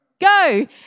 go